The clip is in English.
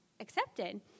accepted